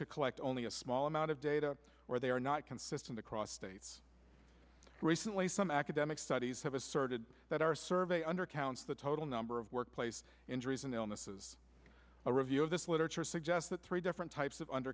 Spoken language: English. to collect only a small amount of data where they are not consistent across states recently some academic studies have asserted that our survey undercounts the total number of workplace injuries and illnesses a review of this literature suggests that three different types of under